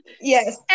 yes